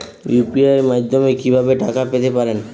UPI মাধ্যমে কি ভাবে টাকা পেতে পারেন?